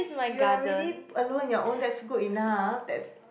you are really alone in your own that's good enough that's